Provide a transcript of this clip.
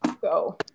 Go